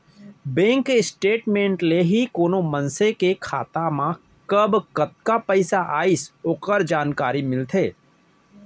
bank के statement ले ही कोनो मनसे के खाता मा कब कतका पइसा आइस ओकर जानकारी मिलथे